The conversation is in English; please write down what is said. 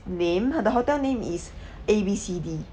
name the hotel name is A B C D